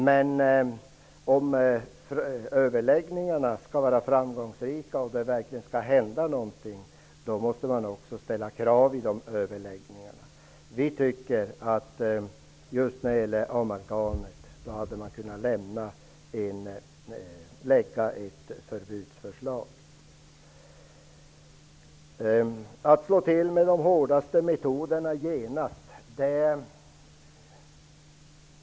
Men om överläggningarna skall vara framgångsrika och det verkligen skall hända någonting, måste man också ställa krav vid de överläggningarna. Vi tycker att just i fråga om amalgamet hade man kunnat lägga fram ett förslag om förbud. Miljöministern säger att han inte vill slå till med de hårdaste metoderna genast.